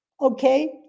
Okay